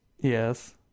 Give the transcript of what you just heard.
Yes